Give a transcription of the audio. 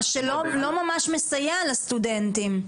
מה שלא ממש מסייע לסטודנטים.